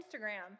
Instagram